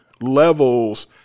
levels